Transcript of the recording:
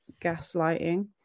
gaslighting